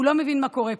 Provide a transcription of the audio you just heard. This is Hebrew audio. הוא לא מבין מה קורה פה.